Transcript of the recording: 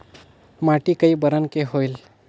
माटी कई बरन के होयल?